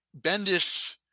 Bendis